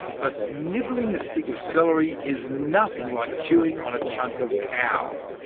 but nibbling a stick of celery is nothing like chewing on a chunk of cow.